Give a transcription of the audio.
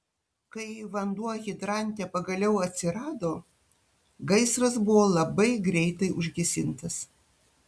kai vanduo hidrante pagaliau atsirado gaisras buvo labai greitai užgesintas